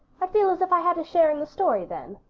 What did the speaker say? i'd feel as if i had a share in the story then.